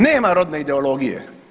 Nema rodne ideologije.